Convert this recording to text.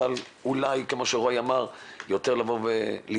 אבל אולי כפי שרועי אמר יותר להתאמץ.